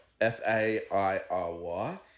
F-A-I-R-Y